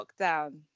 lockdown